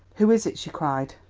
who is it? she cried.